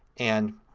and